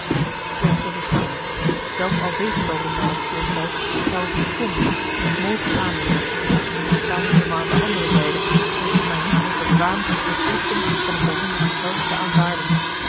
wees gerust armand zelfs al deed de baron mij dat voorstel ik zou het niet konnen niet mogen aannemen ik sta nu eenmaal aan de andere zijde en voel mij niet meer bekwaam de plichten van een baron de ghiselles te aanvaarden